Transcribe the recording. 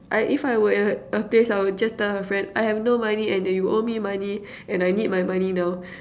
if I were in her place I would just tell her friend I have no money and that you owe me money and I need my money now